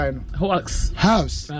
House